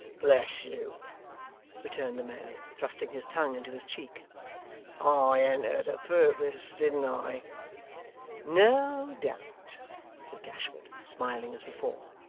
bless you returned the man, thrusting his tongue into his cheek i entered a purpose, didn't i no doubt said gashford, smiling as before.